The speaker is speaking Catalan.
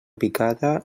picada